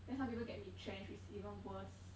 then some people get retrenched which is even worse